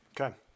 Okay